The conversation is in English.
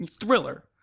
thriller